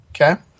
Okay